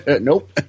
Nope